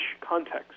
context